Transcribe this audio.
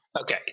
okay